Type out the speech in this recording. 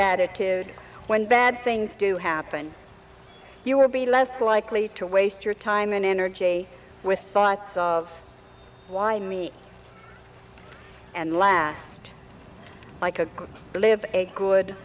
attitude when bad things do happen you will be less likely to waste your time and energy with thoughts of why me and last i could live a good